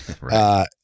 Right